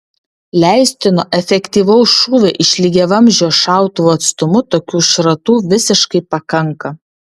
leistino efektyvaus šūvio iš lygiavamzdžio šautuvo atstumu tokių šratų visiškai pakanka